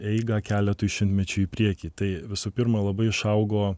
eigą keletui šimtmečių į priekį tai visų pirma labai išaugo